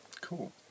Cool